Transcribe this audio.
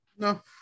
No